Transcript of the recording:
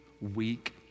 weak